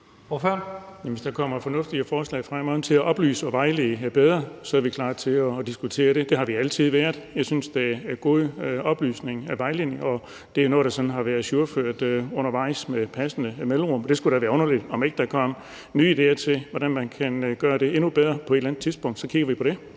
Hvis der kommer fornuftige forslag frem i forhold til at oplyse og vejlede bedre, er vi klar til at diskutere det; det har vi altid været. Jeg synes, det er godt med oplysning og vejledning, og det er noget, der sådan har været ajourført undervejs med passende mellemrum. Det skulle da være underligt, om ikke der kom nye idéer til, hvordan man kan gøre det endnu bedre på et eller andet tidspunkt, og så kigger vi på det.